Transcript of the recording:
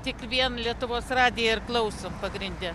tik vien lietuvos radiją ir klausom pagrinde